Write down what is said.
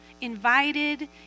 invited